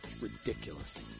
Ridiculous